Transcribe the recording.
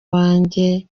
wanjye